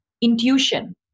Intuition